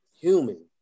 human